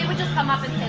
just come up and